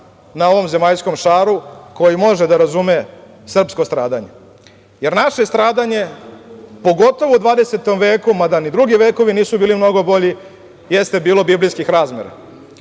na ovom zemaljskom šaru koji može da razume srpsko stradanje, jer naše stradanje, pogotovo u dvadesetom veku, mada ni drugi vekovi nisu bili mnogo bolji, jeste bilo biblijskih razmera